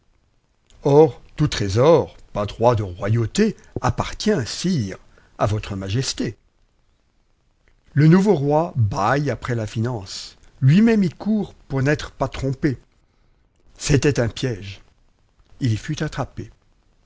tout trésor par droit de royauté appartient sire à votre majesté le nouveau roi bâille après la finance lui-même y court pour n'être pas trompé c'était un piège il yfut attrapé